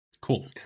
Cool